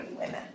women